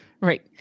Right